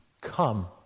come